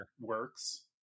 works